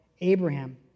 Abraham